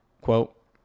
Quote